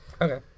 Okay